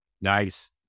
Nice